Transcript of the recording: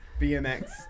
BMX